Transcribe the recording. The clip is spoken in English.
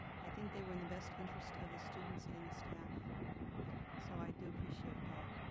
i think they were in the best interest of the students and the staff so i do appreciate that.